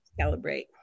calibrate